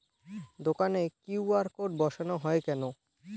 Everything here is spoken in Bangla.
দোকানে কিউ.আর কোড বসানো হয় কেন?